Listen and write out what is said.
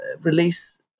release